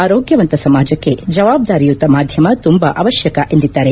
ಆರೋಗ್ಟವಂತ ಸಮಾಜಕ್ಕೆ ಜವಾಬ್ದಾರಿಯುತ ಮಾಧ್ಯಮ ತುಂಬಾ ಅವಶ್ಯಕ ಎಂದಿದ್ದಾರೆ